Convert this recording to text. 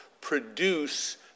produce